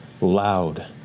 loud